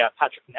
Patrick